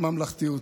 וממלכתיות.